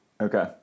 okay